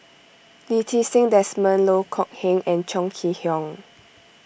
Lee Ti Seng Desmond Loh Kok Heng and Chong Kee Hiong